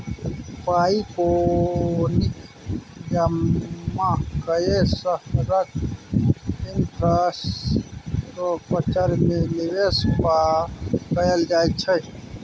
पाइ कौड़ीक जमा कए शहरक इंफ्रास्ट्रक्चर मे निबेश कयल जाइ छै